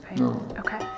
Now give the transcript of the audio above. Okay